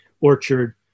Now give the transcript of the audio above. orchard